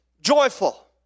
Joyful